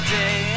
day